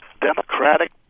democratic